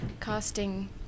casting